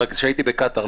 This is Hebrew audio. רק שהייתי בקטאר,